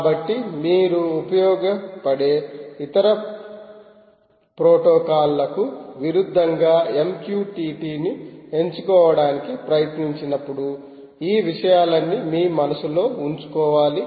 కాబట్టి మీరు ఉపయోగపడే ఇతర ప్రోటోకాల్లకు విరుద్ధంగా MQTT ని ఎంచుకోవడానికి ప్రయత్నించినప్పుడు ఈ విషయాలన్నీ మీ మనస్సులో ఉంచుకోవాలి